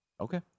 okay